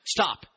stop